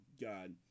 god